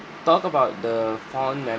talk about the fond memory